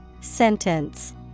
Sentence